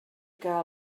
que